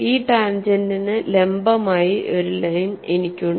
ഈ ടാൻജെന്റിന് ലംബമായി ഒരു ലൈൻ എനിക്കുണ്ട്